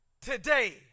today